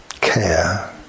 care